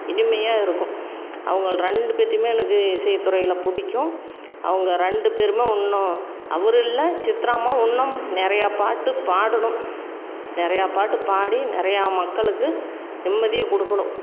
இனிமையாக இருக்கும் அவங்கள் ரெண்டு பேர்த்தையுமே எனக்கு இசைத் துறையில் பிடிக்கும் அவங்க ரெண்டு பேருமே இன்னும் அவரில்ல சித்ராம்மா இன்னும் நிறையா பாட்டு பாடணும் நிறையா பாட்டு பாடி நிறையா மக்களுக்கு நிம்மதியை கொடுக்கணும்